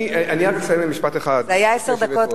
זה היה עשר דקות,